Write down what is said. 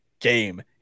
game